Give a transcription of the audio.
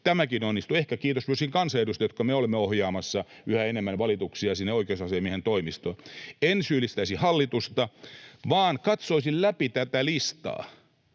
tämäkin onnistuu ehkä kiitos myöskin kansanedustajien, jotka olemme ohjaamassa yhä enemmän valituksia sinne oikeusasiamiehen toimistoon. En syyllistäisi hallitusta vaan katsoisin läpi tätä listaa